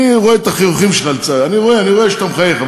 אני רואה את החיוכים שלך, אני רואה שאתה מחייך.